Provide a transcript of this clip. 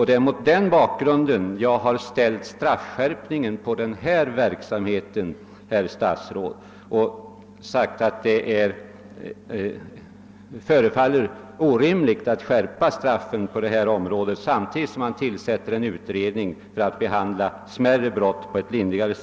Det är mot den bakgrunden, herr statsråd, som jag har ställt straffskärpningen mot arbetsförmedlingsverksamheten och sagt att det förefaller orimligt att skärpa straffen i det fallet, samtidigt som man tillsätter en utredning för att se om man kan behandla andra brott lindrigare.